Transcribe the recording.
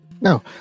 No